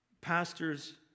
Pastors